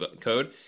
code